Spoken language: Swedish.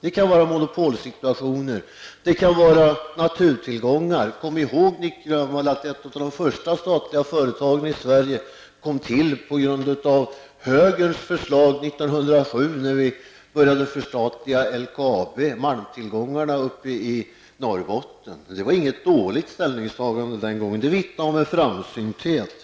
Det kan vara en monopolsituation och en naturtillgångsfråga. Kom ihåg, Nic Grönvall, att ett av de första statliga företagen i Sverige kom till med anledning av högerns förslag 1907, då man började förstatliga LKAB och malmtillgångarna i Norrbotten. Det var inget dåligt ställningstagande, utan vittnade om en framsynthet.